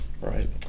Right